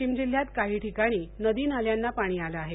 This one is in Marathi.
वाशिम जिल्ह्यात काही ठिकाणी नदी नाल्यांना पाणी आलं आहे